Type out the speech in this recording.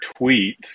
tweets